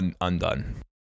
undone